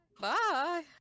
Bye